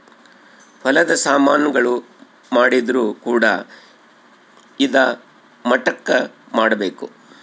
ಹೊಲದ ಸಾಮನ್ ಗಳು ಮಾಡಿದ್ರು ಕೂಡ ಇದಾ ಮಟ್ಟಕ್ ಮಾಡ್ಬೇಕು